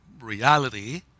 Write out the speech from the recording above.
reality